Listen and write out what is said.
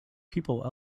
people